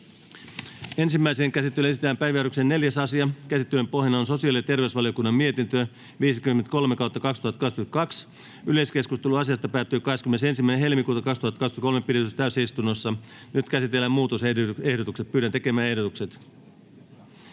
Ensimmäiseen käsittelyyn esitellään päiväjärjestyksen 4. asia. Käsittelyn pohjana on sosiaali- ja terveysvaliokunnan mietintö StVM 53/2022 vp. Yleiskeskustelu asiasta päättyi 21.2.2023 pidetyssä täysistunnossa. Nyt käsitellään muutosehdotukset. [Speech 5] Speaker: